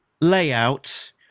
layout